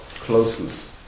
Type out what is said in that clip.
closeness